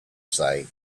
say